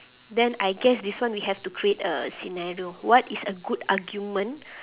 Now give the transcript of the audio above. then I guess this one we have to create a scenario what is a good argument